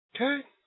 Okay